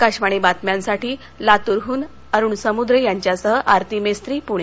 आकाशवाणी बातम्यांसाठी लातूरहून अरुण समुद्रेंसह आरती मेस्त्री पुणे